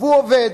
והוא עובד